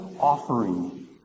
offering